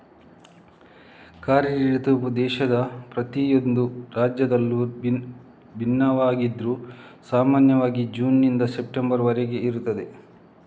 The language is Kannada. ಖಾರಿಫ್ ಋತುವು ದೇಶದ ಪ್ರತಿಯೊಂದು ರಾಜ್ಯದಲ್ಲೂ ಭಿನ್ನವಾಗಿದ್ರೂ ಸಾಮಾನ್ಯವಾಗಿ ಜೂನ್ ನಿಂದ ಸೆಪ್ಟೆಂಬರ್ ವರೆಗೆ ಇರುತ್ತದೆ